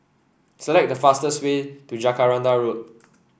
select the fastest way to Jacaranda Road